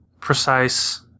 precise